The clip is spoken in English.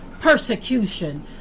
persecution